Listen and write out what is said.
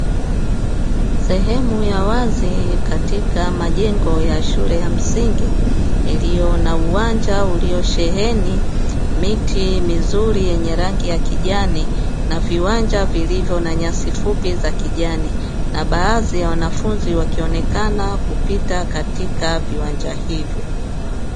Sehemu ya wazi katika majengo ya shule ya msingi, iliyo na uwanja uliosheheni miti mizuri yenye rangi ya kijani. Na viwanja vilivyo na nyasi fupi za kijani na baadhi ya wanafunzi wakionekana kupita katika viwanja hivyo.